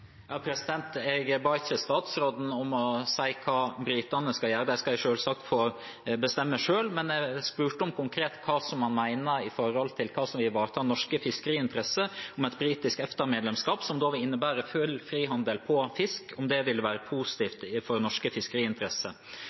Jeg ba ikke statsråden om å si hva britene skal gjøre, det skal de selvsagt få bestemme selv, men jeg spurte konkret om hva han mener vil ivareta norske fiskeriinteresser, om et britisk EFTA-medlemskap, som da vil innebære full frihandel på fisk, vil være positivt for norske fiskeriinteresser.